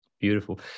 beautiful